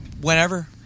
Whenever